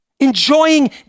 Enjoying